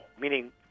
meaning